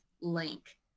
link